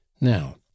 Now